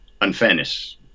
unfairness